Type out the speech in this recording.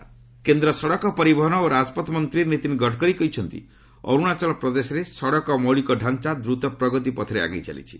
ଅରୁଣାଳ ଗଡ଼କରୀ କେନ୍ଦ୍ର ସଡ଼କ ପରିବହନ ଓ ରାଜପଥ ମନ୍ତ୍ରୀ ନୀତିନ ଗଡ଼କରୀ କହିଛନ୍ତି ଅରୁଣାଚଳ ପ୍ରଦେଶରେ ସଡ଼କ ମୌଳିକ ଢ଼ାଞ୍ଚା ଦ୍ରୁତ ପ୍ରଗତି ପଥରେ ଆଗେଇ ଚାଲିଛି